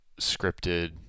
scripted